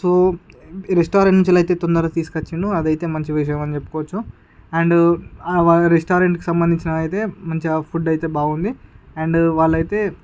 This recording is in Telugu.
సో రెస్టారెంట్స్ లో అయితే తొందర తీసుకొచ్చిండు అదైతే మంచి విషయం అని చెప్పుకోవచ్చు అండ్ ఆర్ రెస్టారెంట్ సంబంధించిన అయితే మంచి ఫుడ్ అయితే బాగుంది అండ్ వాళ్ళయితే